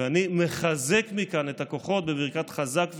ואני מחזק מכאן את הכוחות בברכת חזק ואמץ,